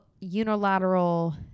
unilateral